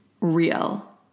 real